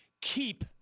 keep